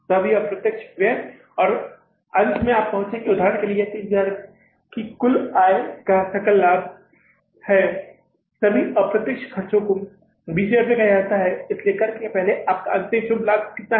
सभी अप्रत्यक्ष व्यय और फिर अंत में आप यहां पहुँचेंगे उदाहरण के लिए यह 30000 की कुल आय का सकल लाभ है सभी अप्रत्यक्ष ख़र्चों को 20000 कहा जाता है इसलिए कर से पहले आपका अंतिम शुद्ध लाभ कितना है